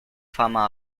fama